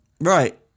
Right